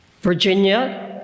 Virginia